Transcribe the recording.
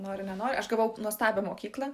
nori nenori aš gavau nuostabią mokyklą